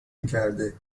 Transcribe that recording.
میکرده